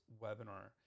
webinar